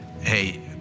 hey